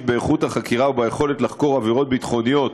באיכות החקירה וביכולת לחקור עבירות ביטחוניות,